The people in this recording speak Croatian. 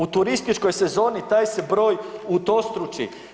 U turističkoj sezoni taj se broj utrostruči.